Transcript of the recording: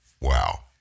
Wow